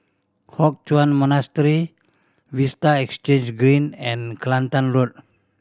Hock Chuan Monastery Vista Exhange Green and Kelantan Road